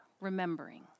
remembering